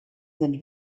sind